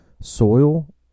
Soil